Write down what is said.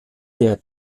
der